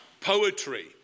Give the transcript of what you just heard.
poetry